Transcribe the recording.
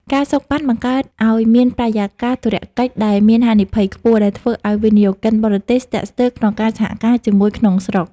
ការសូកប៉ាន់ បង្កើតឱ្យមានបរិយាកាសធុរកិច្ចដែលមានហានិភ័យខ្ពស់ ដែលធ្វើឱ្យវិនិយោគិនបរទេសស្ទាក់ស្ទើរក្នុងការសហការជាមួយក្នុងស្រុក។